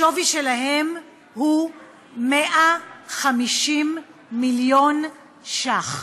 השווי שלהם הוא 150 מיליון ש"ח,